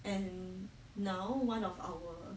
and now one of our